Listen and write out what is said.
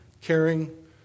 caring